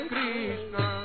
Krishna